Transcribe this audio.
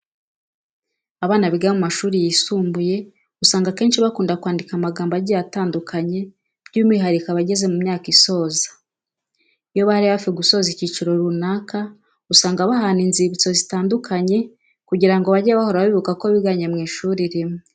Abana biga mu mashuri yisumbuye usanga akenshi bakunda kwandikirana amagambo agiye atandukanye by'umwihariko abageze mu myaka isoza. Iyo bari hafi gusoza icyiciro runaka usanga bahana inzibutso zitandukanye kugira ngo bajye bahora bibuka ko biganye mu ishuri rimwe.